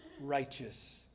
righteous